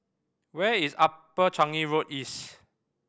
where is Upper Changi Road East